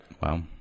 Wow